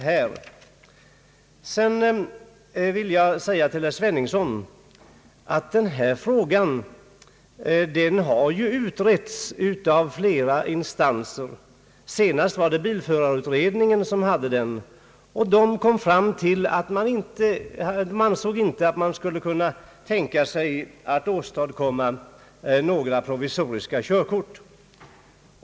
Vidare vill jag säga till herr Sveningsson att den fråga det här gäller har utretts av flera instanser. Senast var det bilförarutredningen som behandlade frågan, och utredningen ansåg inte att man kan genomföra en anordning med provisoriska körkort.